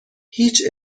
هیچ